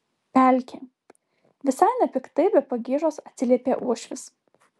pelkė visai nepiktai be pagiežos atsiliepė uošvis